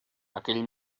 aquell